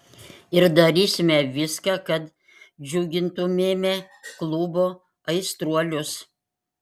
ir darysime viską kad džiugintumėme klubo aistruolius